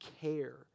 care